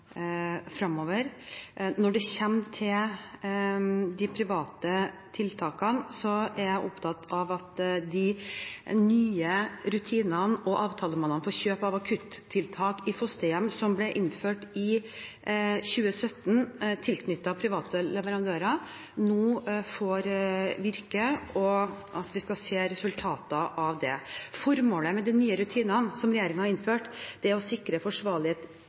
Når det gjelder de private tiltakene, er jeg opptatt av at de nye rutinene og avtalene for kjøp av akuttiltak i fosterhjem som ble innført i 2017 tilknyttet private leverandører, nå får virke, og at vi får se resultatene av det. Formålet med de nye rutinene som regjeringen har innført, er å sikre